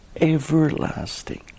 everlasting